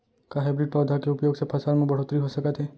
का हाइब्रिड पौधा के उपयोग से फसल म बढ़होत्तरी हो सकत हे?